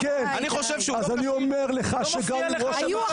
אני מדבר איתך לגופו של